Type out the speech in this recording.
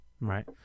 right